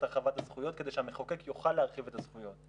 הרחבת הזכויות כדי שהמחוקק יוכל להרחיב את הזכויות.